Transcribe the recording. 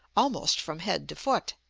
almost from head to foot.